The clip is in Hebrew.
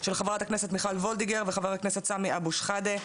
של חברת הכנסת מיכל וולדיגר וחבר הכנסת סמי אבו שחאדה.